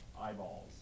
eyeballs